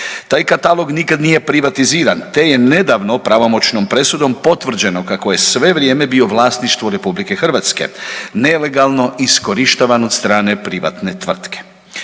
Taj katalog nikad nije privatiziran te je nedavno pravomoćnom presudom potvrđeno kako je sve vrijeme bio vlasništvo RH, nelegalno iskorištavan od strane privatne tvrtke.